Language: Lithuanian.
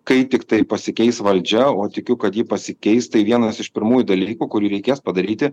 kai tiktai pasikeis valdžia o tikiu kad ji pasikeis tai vienas iš pirmųjų dalykų kurį reikės padaryti